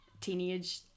teenage